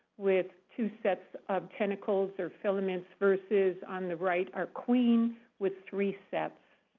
with two sets of tentacles or filaments, versus on the right our queens with three sets.